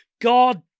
god